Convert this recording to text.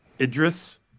Idris